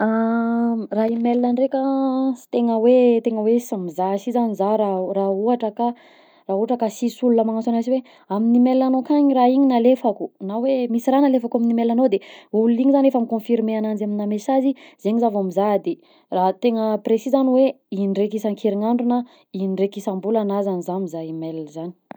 Raha email ndraika, sy tegna hoe tegna hoe sy mizaha si zany zaho raha o- raha ohatra ka raha ohatra ka sisy ola magnanso agna si hoe amin'ny emailnao kagny igny raha igny gn'alefako, na hoe misy raha alefako amin'ny emailnao de olo igny zany efa miconfirme amigna mesazy zegny zah vao mizaha raha tena precis zany hoe indraika isan-kerinandro na indraika isam-bolana zany zah mizaha email zany.